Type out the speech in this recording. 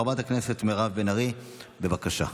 חברת הכנסת מירב בן ארי, בבקשה.